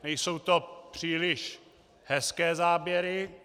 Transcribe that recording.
Nejsou to příliš hezké záběry.